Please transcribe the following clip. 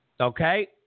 Okay